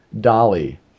Dolly